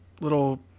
little